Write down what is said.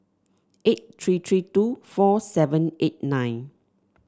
eight three three two four seven eight nine